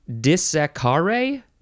dissecare